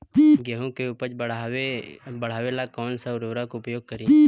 गेहूँ के उपज बढ़ावेला कौन सा उर्वरक उपयोग करीं?